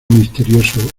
misterioso